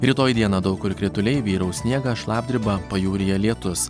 rytoj dieną daug kur krituliai vyraus sniegas šlapdriba pajūryje lietus